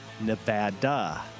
Nevada